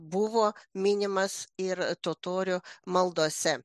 buvo minimas ir totorių maldose